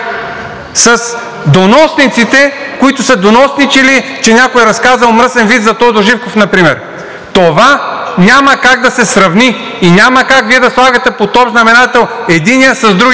с доносниците, които са доносничили, че някой е разказал мръсен виц за Тодор Живков например, това няма как да се сравни и няма как Вие да слагате под общ знаменател единия с другия.